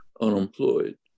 unemployed